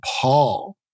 Paul